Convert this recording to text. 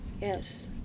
Yes